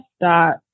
dot